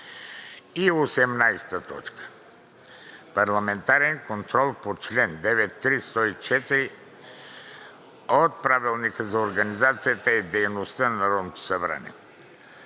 г. 18. Парламентарен контрол по чл. 92 – 104 от Правилника за организацията и дейността на Народното събрание.“